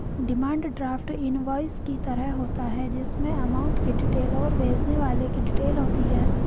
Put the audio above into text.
demand draft invoice की तरह होता है जिसमे अमाउंट की डिटेल और भेजने वाले की डिटेल होती है